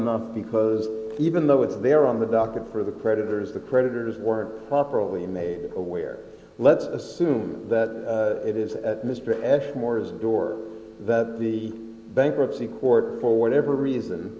enough because even though it's there on the docket for the creditors the creditors weren't properly made aware let's assume that it is at mr s more as a door that the bankruptcy court for whatever reason